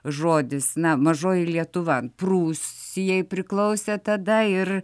žodis na mažoji lietuva prūsijai priklausė tada ir